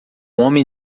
homem